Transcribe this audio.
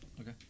okay